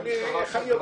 אני יודע